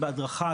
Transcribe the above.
בהדרכה,